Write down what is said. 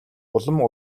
улам